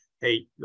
hey